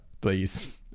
please